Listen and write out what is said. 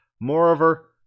Moreover